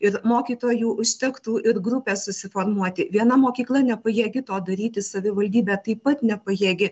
ir mokytojų užtektų ir grupės susiformuoti viena mokykla nepajėgi to daryti savivaldybė taip pat nepajėgi